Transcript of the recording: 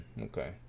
okay